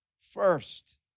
first